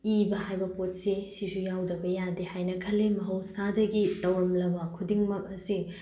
ꯏꯕ ꯍꯥꯏꯕ ꯄꯣꯠꯁꯦ ꯁꯤꯁꯨ ꯌꯥꯎꯗꯕ ꯌꯥꯗꯦ ꯍꯥꯏꯅ ꯈꯜꯂꯤ ꯃꯍꯧꯁꯥꯗꯒꯤ ꯇꯧꯔꯝꯂꯕ ꯈꯨꯗꯤꯡꯃꯛ ꯑꯁꯤ